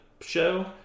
show